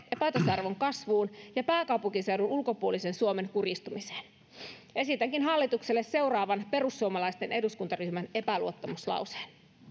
epätasa arvon kasvuun ja pääkaupunkiseudun ulkopuolisen suomen kurjistumiseen esitänkin hallitukselle seuraavan perussuomalaisten eduskuntaryhmän epäluottamuslauseen